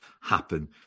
happen